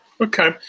Okay